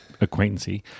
acquaintancy